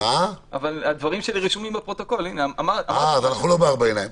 אז אנחנו לא בארבע עיניים.